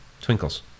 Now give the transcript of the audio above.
Twinkles